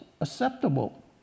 acceptable